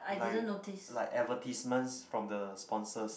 like like advertisements from the sponsors